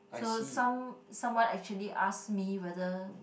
so some someone actually ask me whether